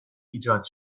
ایجاد